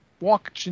walk